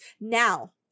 Now